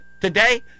Today